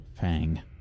Fang